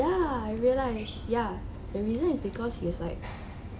ya I realised ya the reason is because he was like